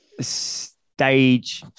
Stage